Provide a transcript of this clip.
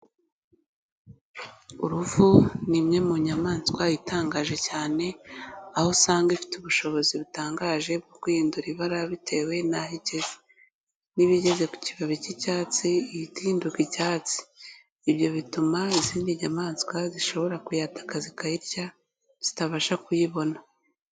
Uruvu ni imwe mu nyamaswa itangaje cyane, aho usanga ifite ubushobozi butangaje bwo guhindura ibara bitewe n'aho igeze. Niba igeze ku kibabi cy'icyatsi ihita ihinduka icyatsi, ibyo bituma izindi nyamaswa zishobora kuyataka zikayirya zitabasha kuyibona.